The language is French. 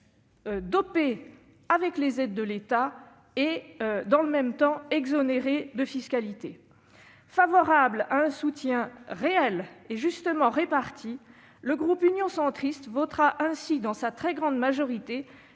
dopés par les aides de l'État et exonérés de fiscalité. Favorable à un soutien réel et justement réparti, le groupe Union Centriste votera, dans sa très grande majorité,